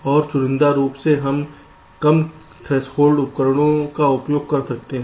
और चुनिंदा रूप से हम कम थ्रेसहोल्ड उपकरणों का उपयोग कर सकते हैं